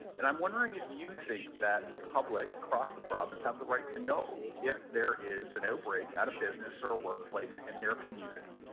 and i am wondering if you think that the public across a province have the right to know if there is an outbreak at a business or a workplace in their community?